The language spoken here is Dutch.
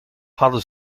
hadden